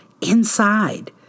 inside